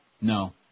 No